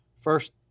first